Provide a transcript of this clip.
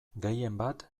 gehienbat